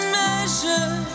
measure